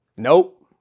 nope